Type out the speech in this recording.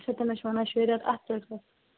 تِمَن حظ چھِ ونان شریعت اتھٕ ژٔٹۍزیو